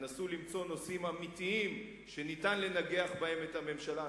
תנסו למצוא נושאים אמיתיים שניתן לנגח בהם את הממשלה.